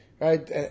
right